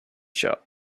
shop